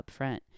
upfront